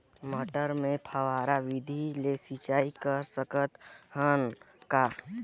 मटर मे फव्वारा विधि ले सिंचाई कर सकत हन का?